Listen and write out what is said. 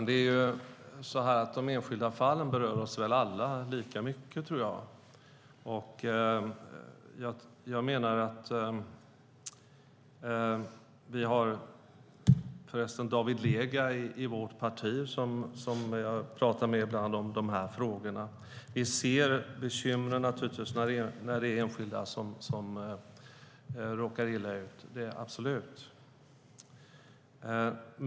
Herr talman! De enskilda fallen berör nog oss alla lika mycket. Jag talar ibland med David Lega i vårt parti om dessa frågor. Vi ser naturligtvis bekymmer när enskilda råkar illa ut.